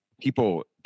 people